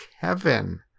Kevin